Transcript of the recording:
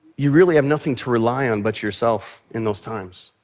you really have nothing to rely on but yourself in those times.